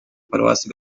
paruwasi